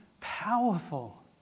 powerful